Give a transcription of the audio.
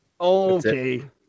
Okay